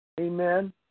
Amen